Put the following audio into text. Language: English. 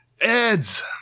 Eds